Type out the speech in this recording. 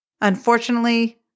Unfortunately